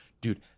dude